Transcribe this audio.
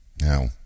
Now